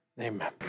Amen